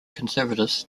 conservatives